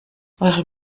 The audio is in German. eure